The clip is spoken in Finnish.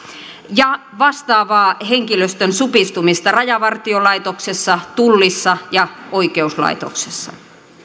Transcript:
ja vastaavaa henkilöstön supistumista rajavartiolaitoksessa tullissa ja oikeuslaitoksessa